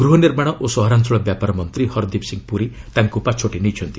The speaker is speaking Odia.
ଗୃହନିର୍ମାଣ ଓ ସହରାଞ୍ଚଳ ବ୍ୟାପାର ମନ୍ତ୍ରୀ ହର୍ଦୀପ ସିଂ ପୁରୀ ତାଙ୍କୁ ପାଛୋଟି ନେଇଛନ୍ତି